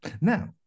Now